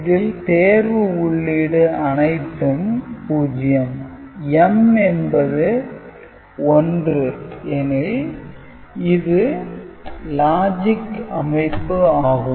இதில் தேர்வு உள்ளீடு அனைத்தும் 0 M என்பது 1 எனில் இது லாஜிக் அமைப்பு ஆகும்